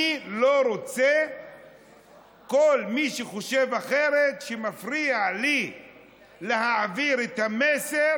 כל מי שחושב אחרת, שמפריע לי להעביר את המסר